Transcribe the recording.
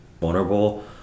vulnerable